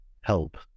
help